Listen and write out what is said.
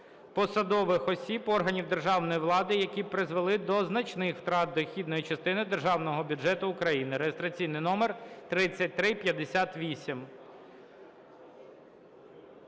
посадових осіб органів державної влади, які призвели до значних втрат дохідної частини Державного бюджету України (реєстраційний номер 3358).